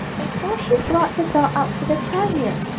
and so she brought the doll up to the terrier,